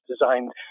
designed